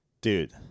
Dude